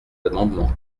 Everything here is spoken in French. amendement